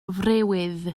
friwydd